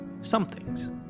somethings